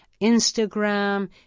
Instagram